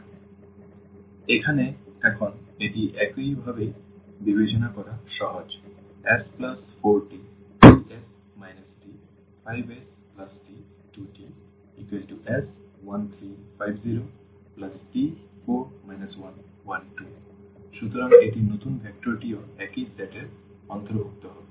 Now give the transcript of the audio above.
সুতরাং এখানে এখন এটি এইভাবে বিবেচনা করা সহজ s4t 3s t 5st 2t s1 3 5 0 t 4 1 1 2 সুতরাং এটি নতুন ভেক্টরটিও একই সেট এর অন্তর্ভুক্ত হবে